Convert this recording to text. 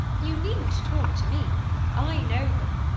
you needn't talk to me i know them.